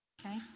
okay